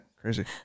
Crazy